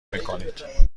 میکنید